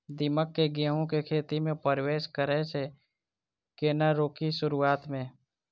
दीमक केँ गेंहूँ केँ खेती मे परवेश करै सँ केना रोकि शुरुआत में?